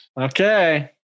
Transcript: Okay